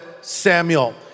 Samuel